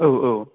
औ औ